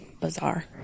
bizarre